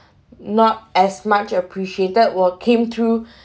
not as much appreciated while came through